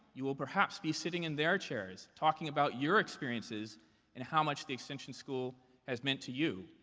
you will perhaps be sitting in their chairs, talking about your experiences and how much the extension school has meant to you,